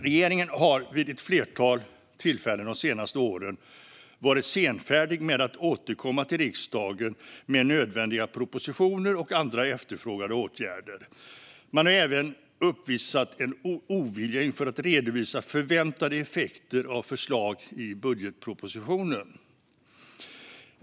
Regeringen har vid ett flertal tillfällen de senaste åren varit senfärdig med att återkomma till riksdagen med nödvändiga propositioner och andra efterfrågade åtgärder. Man har även uppvisat en ovilja inför att redovisa förväntade effekter av förslag i budgetpropositionen.